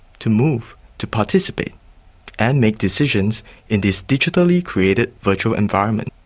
to move, to participate and make decisions in this digitally created virtual environment.